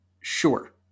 Sure